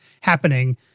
happening